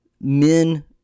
men